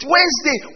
Wednesday